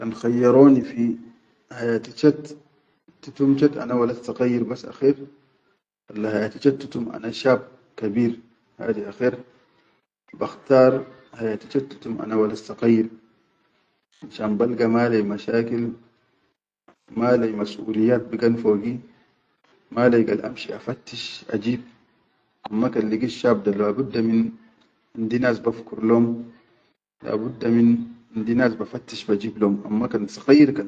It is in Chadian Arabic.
Kan khayyaroni fi hayati chat titum chad ana saqayyir bas akher, walla hayati chat titum ana shab kabeer hadi akher bakhtar hayati chat titum ana walad saqayyir, finshan balga malai mashakil, malai masʼuliyyat bigan fogi, malal gal amshi afattish ajib, amma kan ligit shab da labudda min, indi nas bafkur lom, labudda min indi nas bafattish lom, amma kan saqayyir.